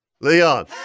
Leon